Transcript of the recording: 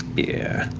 yeah.